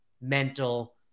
mental